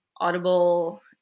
Audible